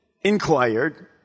inquired